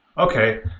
okay.